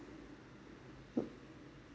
mm